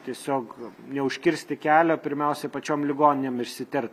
tiesiog neužkirsti kelio pirmiausiai pačiom ligoninėm išsitirt